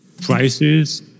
prices